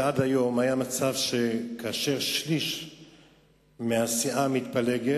עד היום היה מצב שכאשר שליש מהסיעה מתפלג,